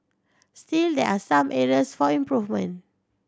still there are some areas for improvement